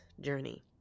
journey